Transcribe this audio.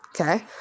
Okay